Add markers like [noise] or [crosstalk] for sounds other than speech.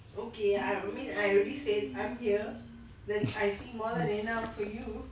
[noise]